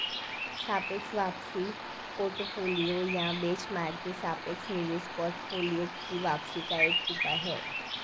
सापेक्ष वापसी पोर्टफोलियो या बेंचमार्क के सापेक्ष निवेश पोर्टफोलियो की वापसी का एक उपाय है